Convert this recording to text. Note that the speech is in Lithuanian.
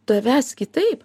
tavęs kitaip